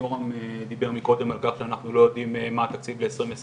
יורם דיבר קודם על כך שאנחנו לא יודעים מה התקציב ל-2022.